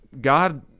God